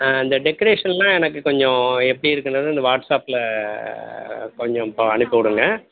ஆ அந்த டெக்ரேஷனெலாம் எனக்குக் கொஞ்சம் எப்படிருக்குன்றது இந்த வாட்ஸ்ஆப்பில் கொஞ்சம் இப்போ அனுப்பி விடுங்க